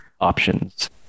options